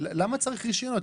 למה צריך רישיונות?